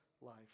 life